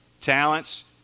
talents